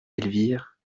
elvire